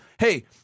hey